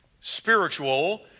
spiritual